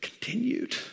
continued